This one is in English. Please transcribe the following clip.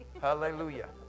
hallelujah